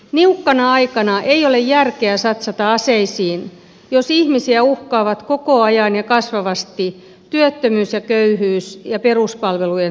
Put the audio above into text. niukkana aikana ei ole järkeä satsata aseisiin jos ihmisiä uhkaavat koko ajan ja kasvavasti työttömyys ja köyhyys ja peruspalvelujen saatavuuden huononeminen